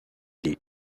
les